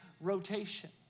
rotation